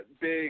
big